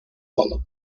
honor